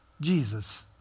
Jesus